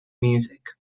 music